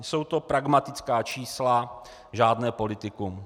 Jsou to pragmatická čísla, žádné politikum.